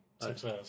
Success